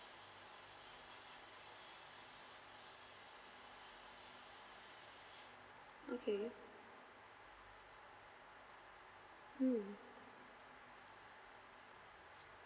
okay mm